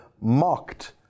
mocked